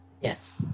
Yes